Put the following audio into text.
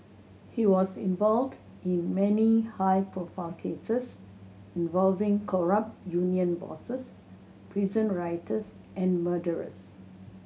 he was involved in many high profile cases involving corrupt union bosses prison writers and murderers